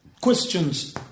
questions